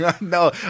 No